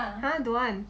!huh! don't want